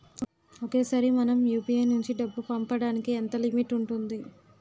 ఒకేసారి మనం యు.పి.ఐ నుంచి డబ్బు పంపడానికి ఎంత లిమిట్ ఉంటుంది?